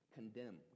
condemn